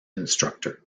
instructor